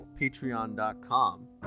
patreon.com